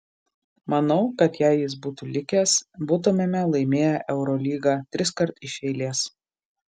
manau kad jei jis būtų likęs būtumėme laimėję eurolygą triskart iš eilės